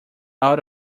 out